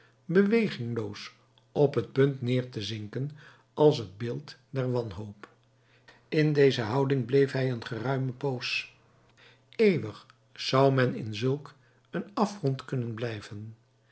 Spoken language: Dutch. bewegingloos op t punt neêr te zinken als het beeld der wanhoop in deze houding bleef hij een geruime poos eeuwig zou men in zulk een afgrond kunnen blijven